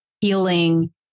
healing